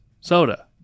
soda